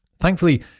Thankfully